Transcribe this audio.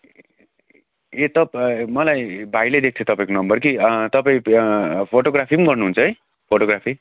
ए ए तपाईँ मलाई भाइले दिएको थियो तपाईँको नम्बर कि तपाईँ फोटोग्राफी पनि गर्नुहुन्छ है फोटोग्राफी